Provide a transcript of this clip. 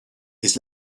his